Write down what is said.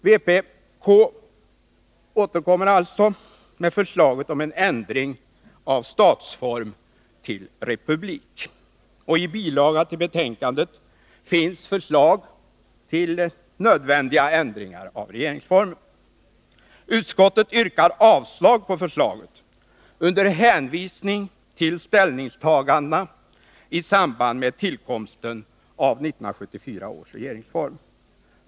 Vpk återkommer alltså med förslaget om en ändring av statsform till republik, och i bilaga till betänkandet finns förslag till nödvändiga ändringar av regeringsformen. Utskottsmajoriteten yrkar avslag på förslaget under hänvisning till ställningstagandena i samband med tillkomsten av 1974 års regeringsform.